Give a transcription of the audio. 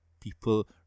people